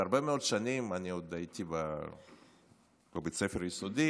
הרבה מאוד שנים, אני עוד הייתי בבית הספר היסודי,